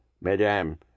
madame